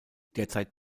derzeit